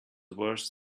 worse